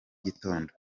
gitondo